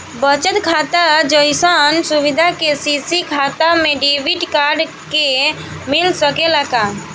बचत खाता जइसन सुविधा के.सी.सी खाता में डेबिट कार्ड के मिल सकेला का?